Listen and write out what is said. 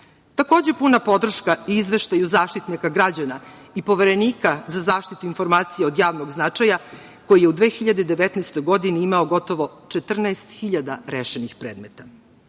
puna podrška i izveštaju Zaštitnika građana i Poverenika za zaštitu informacija od javnog značaja, koji je u 2019. godini imao gotovo 14.000 rešenih predmeta. Kada